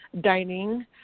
dining